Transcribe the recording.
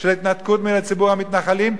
של התנתקות מציבור המתנחלים,